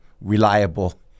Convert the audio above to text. reliable